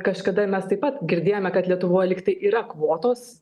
kažkada mes taip pat girdėjome kad lietuvoje likti yra kvotos